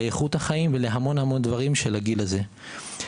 לאיכות החיים ולהמון דברים של הגיל הזה.